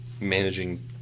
managing